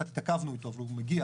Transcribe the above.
קצת התעכבנו איתו אבל הוא מגיע,